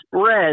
spread